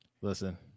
Listen